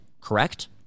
correct